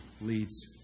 leads